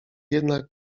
jednak